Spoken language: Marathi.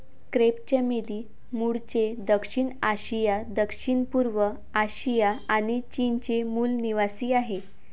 क्रेप चमेली मूळचे दक्षिण आशिया, दक्षिणपूर्व आशिया आणि चीनचे मूल निवासीआहे